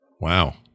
Wow